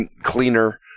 cleaner